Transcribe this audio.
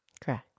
Correct